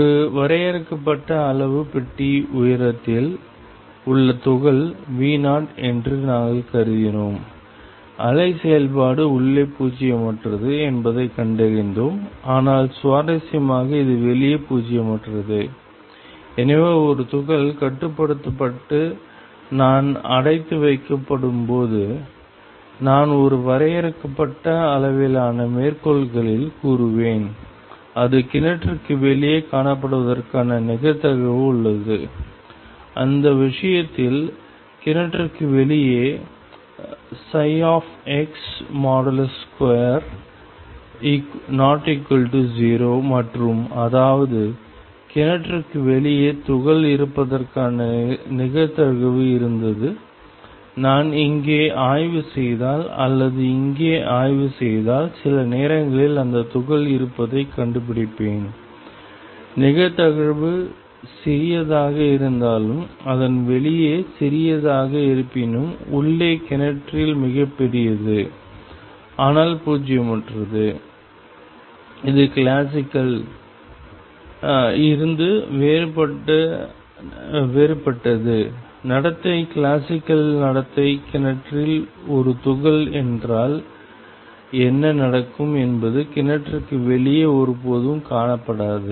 ஒரு வரையறுக்கப்பட்ட அளவு பெட்டி உயரத்தில் உள்ள துகள் V0 என்று நாங்கள் கருதினோம் அலை செயல்பாடு உள்ளே பூஜ்ஜியமற்றது என்பதைக் கண்டறிந்தோம் ஆனால் சுவாரஸ்யமாக இது வெளியே பூஜ்ஜியமற்றது எனவே ஒரு துகள் கட்டுப்படுத்தப்பட்டு நான் அடைத்து வைக்கப்படும்போது நான் ஒரு வரையறுக்கப்பட்ட அளவிலான மேற்கோள்களில் கூறுவேன் அது கிணற்றுக்கு வெளியே காணப்படுவதற்கான நிகழ்தகவு உள்ளது அந்த விஷயத்தில் கிணற்றுக்கு வெளியே x2≠0 மற்றும் அதாவது கிணற்றுக்கு வெளியே துகள் இருப்பதற்கான நிகழ்தகவு இருந்தது நான் இங்கே ஆய்வு செய்தால் அல்லது இங்கே ஆய்வு செய்தால் சில நேரங்களில் அந்த துகள் இருப்பதைக் கண்டுபிடிப்பேன் நிகழ்தகவு சிறியதாக இருந்தாலும் அதன் வெளியே சிறியதாக இருப்பினும் உள்ள கிணற்றில் மிகப்பெரியது ஆனால் பூஜ்ஜியமற்றது இது கிளாசிக்கலில் இருந்து வேறுபட்டது நடத்தை கிளாசிக்கல் நடத்தை கிணற்றில் ஒரு துகள் என்றால் என்ன நடக்கும் என்பது கிணற்றுக்கு வெளியே ஒருபோதும் காணப்படாது